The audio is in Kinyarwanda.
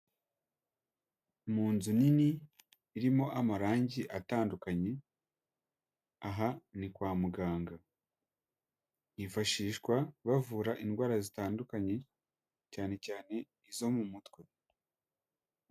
N mu nzu nini irimo amarangi atandukanye aha ni kwa muganga hifashishwa bavura indwara zitandukanye cyane cyane izo mu mutwe.